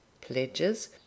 pledges